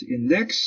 Index